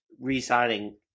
re-signing